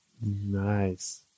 Nice